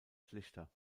schlichter